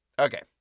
Okay